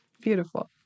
Beautiful